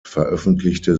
veröffentlichte